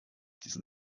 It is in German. diesen